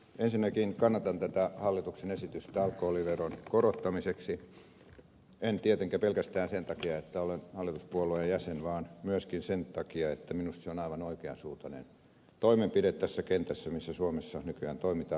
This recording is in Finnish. ensinnäkin kannatan tätä hallituksen esitystä alkoholiveron korottamiseksi en tietenkään pelkästään sen takia että olen hallituspuolueen jäsen vaan myöskin sen takia että minusta se on aivan oikean suuntainen toimenpide tässä kentässä missä suomessa nykyään toimitaan